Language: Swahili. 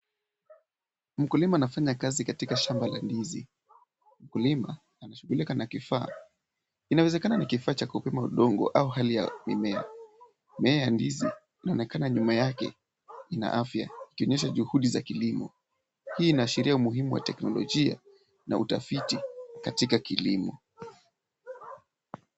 Mkulima anafanya kazi katika shamba la ndizi. Kulima anashughulika na kifaa. Kinawezekana ni kifaa cha kupima udongo au hali ya mimea. Mimea ya ndizi inaonekana nyuma yake, ina afya ikionyesha juhudi za kilimo. Hii inaashiria umuhimu wa teknolojia na utafiti katika kilimo.